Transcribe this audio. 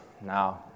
Now